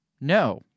no